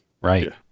right